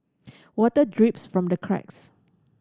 water drips from the cracks